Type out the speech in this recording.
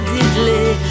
Diddley